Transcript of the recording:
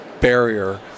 barrier